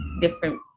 different